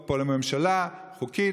פה לממשלה חוקית,